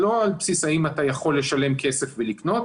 לא על בסיס האם אתה יכול לשלם כסף ולקנות